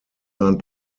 sein